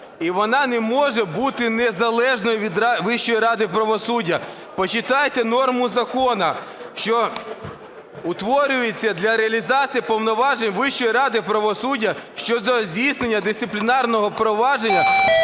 і вона не може бути незалежною від Вищої ради правосуддя. Почитайте норму закону, що утворюється для реалізації повноважень Вищої ради правосуддя щодо здійснення дисциплінарного провадження